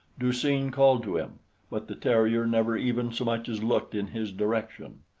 du-seen called to him but the terrier never even so much as looked in his direction.